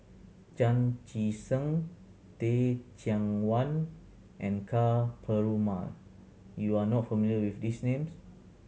Chan Chee Seng Teh Cheang Wan and Ka Perumal you are not familiar with these names